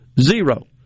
Zero